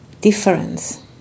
difference